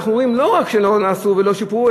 אנחנו רואים לא רק שלא עשו ולא שיפרו,